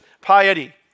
piety